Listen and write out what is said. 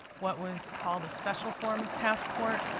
what was called a special form of passport.